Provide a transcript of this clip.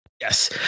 Yes